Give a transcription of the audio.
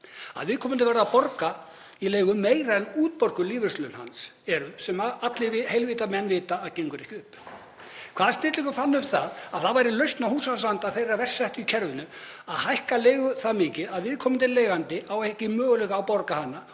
að viðkomandi verði að borga í leigu meira en útborguð lífeyrislaun hans eru, sem allir heilvita menn vita að gengur ekki upp? Hvaða snillingur fann upp það væri lausn á húsnæðisvanda þeirra verst settu í kerfinu að hækka leigu það mikið að viðkomandi leigjandi eigi ekki möguleika á að borga hana